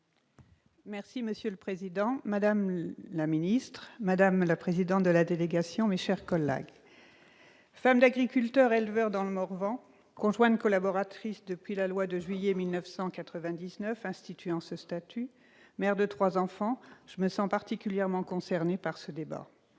Marche. Monsieur le président, madame la secrétaire d'État, madame la présidente de la délégation, mes chers collègues, femme d'agriculteur éleveur dans le Morvan, conjointe collaboratrice depuis la loi de juillet 1999 instituant ce statut, mère de trois enfants, je me sens particulièrement concernée par ce débat.